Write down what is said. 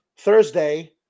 Thursday